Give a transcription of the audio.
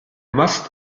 mast